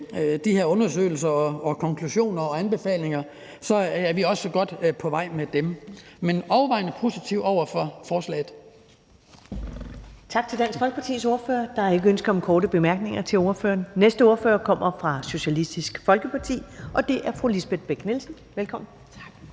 de her undersøgelser, konklusioner og anbefalinger, så er vi godt på vej. Men vi er overvejende positive over for forslaget. Kl. 14:46 Første næstformand (Karen Ellemann): Tak til Dansk Folkepartis ordfører. Der er ingen ønsker om korte bemærkninger til ordføreren. Næste ordfører kommer fra Socialistisk Folkeparti, og det er fru Lisbeth Bech-Nielsen. Velkommen. Kl.